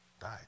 Died